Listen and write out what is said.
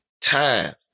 time